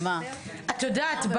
את יודעת,